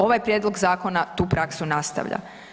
Ovaj prijedlog zakona tu praksu nastavlja.